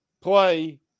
play